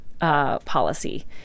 policy